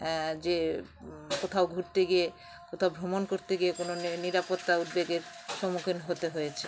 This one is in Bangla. যে কোথাও ঘুরতে গিয়ে কোথাও ভ্রমণ করতে গিয়ে কোনো নিরাপত্তা উদ্বেগের সম্মুখীন হতে হয়েছে